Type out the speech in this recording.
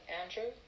Andrew